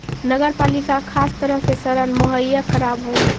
नगर पालिका खास तरह के ऋण मुहैया करावऽ हई